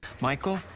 Michael